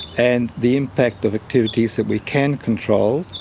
and the impact of activities that we can control,